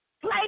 Play